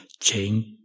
change